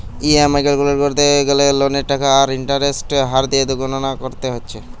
EMI calculate কোরতে গ্যালে লোনের টাকা আর ইন্টারেস্টের হার দিয়ে গণনা কোরতে হচ্ছে